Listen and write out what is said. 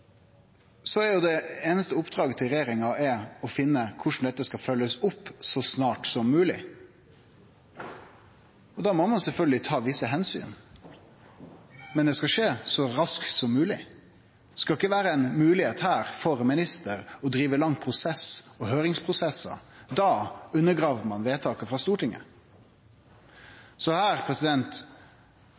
så snart som mogleg. Da må ein sjølvsagt ta visse omsyn. Men det skal skje så raskt som mogleg. Det skal ikkje vere ei moglegheit her for ministeren til å drive ein lang prosess og høyringsprosessar – då undergrev ein vedtaket frå Stortinget. Så her